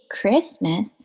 Christmas